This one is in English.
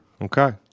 Okay